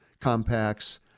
compacts